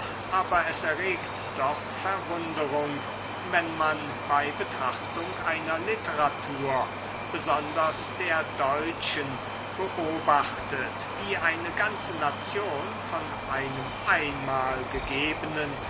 aber es erregt doch verwunderung wenn man bei betrachtung einer literatur besonders der deutschen beobachtet wie eine ganze nation von einem einmal gegebenen